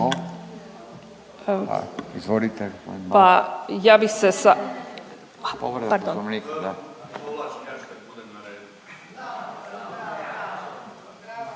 Pa ja bi se sa